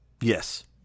Yes